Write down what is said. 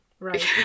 Right